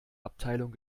abteilung